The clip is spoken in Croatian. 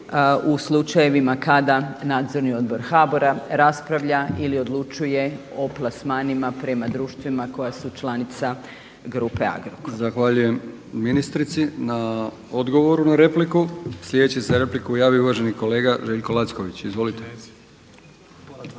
u slučajevima kada Nadzorni odbor HBOR-a raspravlja ili odlučuje o plasmanima prema društvima koja su članica grupe Agrokor. **Brkić, Milijan (HDZ)** Zahvaljujem ministrici na odgovoru na repliku. Sljedeći se za repliku javio uvaženi kolega Željko Lacković.